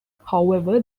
however